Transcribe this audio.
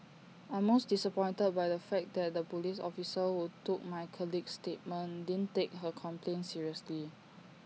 I'm most disappointed by the fact that the Police officer who took my colleague's statement didn't take her complaint seriously